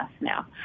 now